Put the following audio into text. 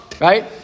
Right